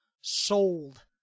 sold